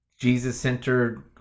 Jesus-centered